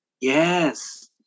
Yes